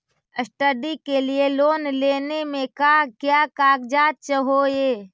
Study के लिये loan लेने मे का क्या कागजात चहोये?